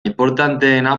inportanteena